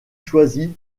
choisi